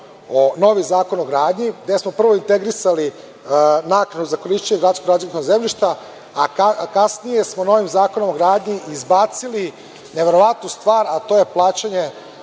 novi Zakon o gradnji gde smo prvo integrisali naknadu za korišćenje gradskog građevinskog zemljišta, a kasnije smo novim Zakonom o gradnji izbacili neverovatnu stvar, a to je plaćanje